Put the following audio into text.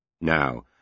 Now